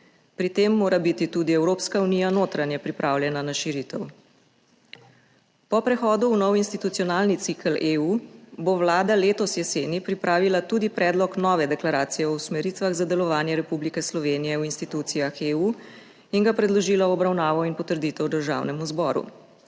Pri tem mora biti tudi Evropska unija notranje pripravljena na širitev. Po prehodu v nov institucionalni cikel EU bo Vlada letos jeseni pripravila tudi predlog nove deklaracije o usmeritvah za delovanje Republike Slovenije v institucijah EU in ga predložila v obravnavo in potrditev Državnemu zboru.